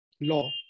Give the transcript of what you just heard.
law